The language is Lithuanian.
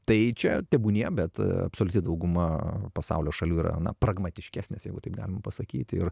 tai čia tebūnie bet absoliuti dauguma pasaulio šalių yra na pragmatiškesnės jeigu taip galima pasakyti ir